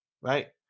right